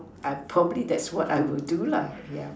I probably that's what I would do lah yeah